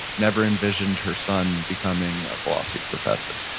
never envisioned her son becoming a philosophy professor.